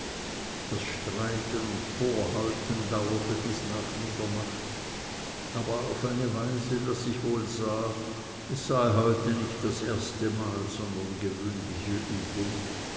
das streiten und vorhalten dauerte bis nach mitternacht aber auf eine weise daß ich wohl sah es sei heute nicht das erstemal sondern gewöhnliche übung